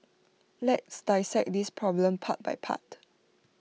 let's dissect this problem part by part